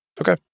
Okay